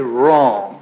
wrong